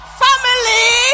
family